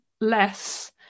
less